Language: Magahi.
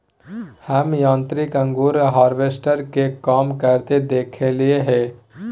हम यांत्रिक अंगूर हार्वेस्टर के काम करते देखलिए हें